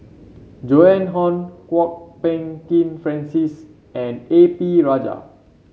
Joan Hon Kwok Peng Kin Francis and A P Rajah